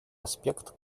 аспект